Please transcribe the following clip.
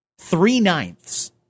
Three-ninths